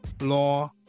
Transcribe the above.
law